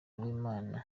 uwimana